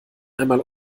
einmal